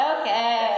okay